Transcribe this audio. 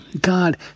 God